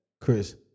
Chris